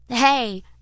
Hey